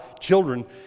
children